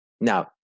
Now